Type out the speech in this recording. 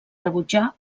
rebutjà